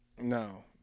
No